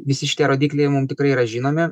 visi šitie rodikliai mum tikrai yra žinomi